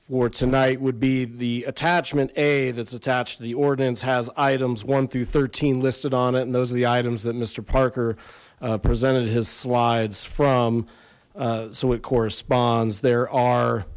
for tonight would be the attachment a that's attached to the ordinance has items one through thirteen listed on it and those are the items that mister parker presented his slides from so it corresponds there are